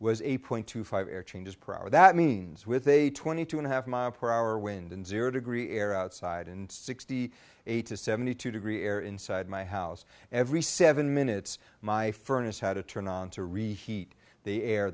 a point two five air changes per hour that means with a twenty two and a half mile per hour wind and zero degree air outside and sixty eight to seventy two degree air inside my house every seven minutes my furnace had to turn on to reheat the air